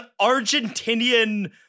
Argentinian